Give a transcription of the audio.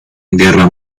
guerra